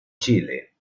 chile